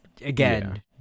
again